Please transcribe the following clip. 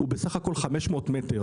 הוא בסך הכל 500 מטר.